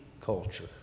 culture